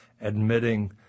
admitting